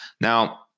Now